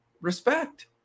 respect